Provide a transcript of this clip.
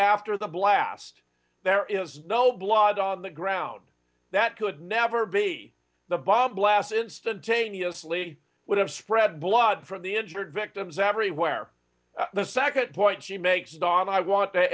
after the blast there is no blood on the ground that could never be the bob last instant tainio slid would have spread blood from the injured victims everywhere the second point she makes dawn i want t